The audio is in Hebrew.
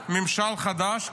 יש ממשל חדש,